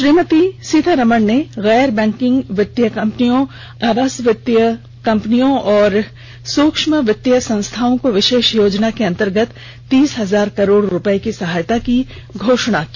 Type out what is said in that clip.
श्रीमती सीतारमण ने गैर बैंकिंग वित्तीय कंपनियों आवास वित्तीय कंपनियों और सूक्ष्म वित्तीय संस्थाओं को विशेष योजना के अंतर्गत तीस हजार करोड़ रुपये की सहायता की घोषणा की